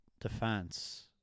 defense